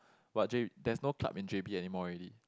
but J there's no club in j_b anymore already